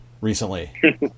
recently